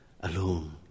alone